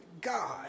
God